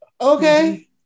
Okay